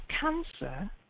cancer